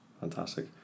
fantastic